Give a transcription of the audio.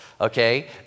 Okay